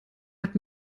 hat